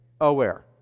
aware